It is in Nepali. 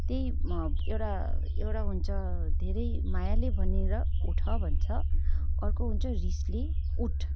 त्यही एउटा टा हुन्छ धेरै मायाले भनेर उठ भन्छ अर्को हुन्छ रिसले उठ